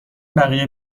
بقیه